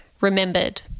remembered